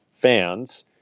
fans